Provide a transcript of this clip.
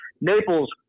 Naples